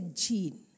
gene